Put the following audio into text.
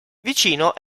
vicino